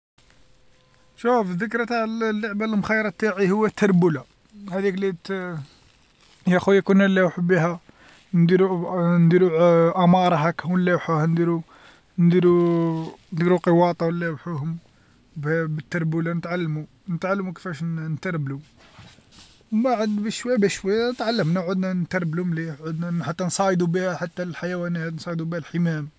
شوف الذكرى تاع الل- العبة المخيرة تاعي هو التربوله، هاديك لي ت- يا خويا كنا نلوحو بيها نديرو نديرو أمارة هاكا ونلوحوها نديرو، نديرو نديرو قواطا ونلوحوهم، بال- بالتربولة نتعلمو، نتعلمو كيفاش ن- نتربلو، من بعد بشوي بشوي تعلمنا وعدنا نتربلو مليح، عدنا حتى نصايدو بيها حتى الحيوانات نصايدو بها الحمام.